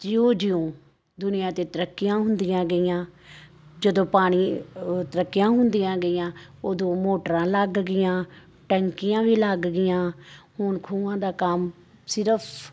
ਜਿਉਂ ਜਿਉਂ ਦੁਨੀਆ 'ਤੇ ਤਰੱਕੀਆਂ ਹੁੰਦੀਆਂ ਗਈਆਂ ਜਦੋਂ ਪਾਣੀ ਤਰੱਕੀਆਂ ਹੁੰਦੀਆਂ ਗਈਆਂ ਉਦੋਂ ਮੋਟਰਾਂ ਲੱਗ ਗਈਆਂ ਟੈਂਕੀਆਂ ਵੀ ਲੱਗ ਗਈਆਂ ਹੁਣ ਖੂਹਾਂ ਦਾ ਕੰਮ ਸਿਰਫ਼